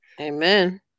Amen